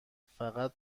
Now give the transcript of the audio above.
فقط